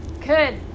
Good